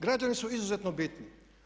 Građani su izuzetno bitni.